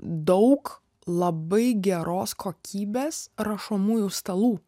daug labai geros kokybės rašomųjų stalų